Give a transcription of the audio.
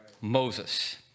Moses